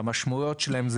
שהמשמעויות שלהן,